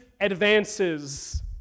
advances